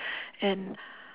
and